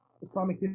Islamic